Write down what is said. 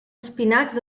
espinacs